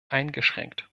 eingeschränkt